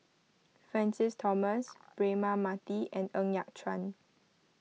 Francis Thomas Braema Mathi and Ng Yat Chuan